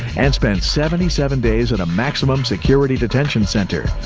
and spent seventy seven days in a maximum security detention center,